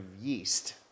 yeast